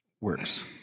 works